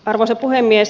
arvoisa puhemies